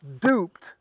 duped